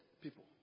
people